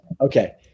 Okay